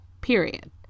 period